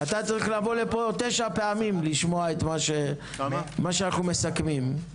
אתה צריך לבוא לפה תשע פעמים לשמוע מה שאנחנו מסכמים.